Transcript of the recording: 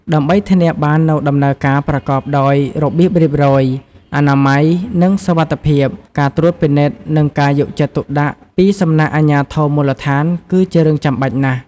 ដើម្បីធានាបាននូវដំណើរការប្រកបដោយរបៀបរៀបរយ អនាម័យ និងសុវត្ថិភាព ការត្រួតពិនិត្យ និងការយកចិត្តទុកដាក់ពីសំណាក់អាជ្ញាធរមូលដ្ឋាន គឺជារឿងចាំបាច់ណាស់។